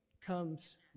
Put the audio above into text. comes